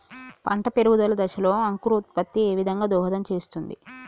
పంట పెరుగుదల దశలో అంకురోత్ఫత్తి ఏ విధంగా దోహదం చేస్తుంది?